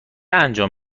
انجام